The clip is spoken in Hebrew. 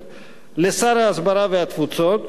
לשר ההסברה והתפוצות,